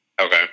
Okay